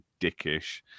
dickish